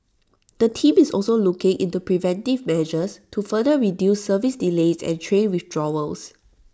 the team is also looking into preventive measures to further reduce service delays and train withdrawals